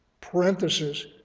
Parenthesis